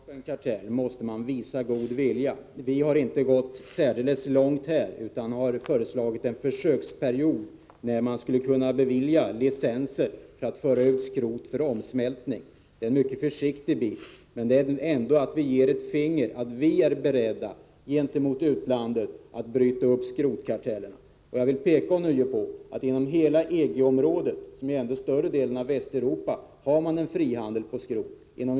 Herr talman! För att kunna bryta upp en kartell måste man visa god vilja. Vi har inte gått särskilt långt här utan har föreslagit en försöksperiod, när man skulle kunna bevilja licenser för att föra ut skrot för omsmältning. Det är en mycket försiktig väg, men den innebär ändå en fingervisning gentemot utlandet att vi är beredda att bryta upp skrotkartellerna. Jag vill ånyo påpeka att inom hela EG-området, som ju ändå omfattar större delen av Västeuropa, har man en frihandel vad gäller skrot.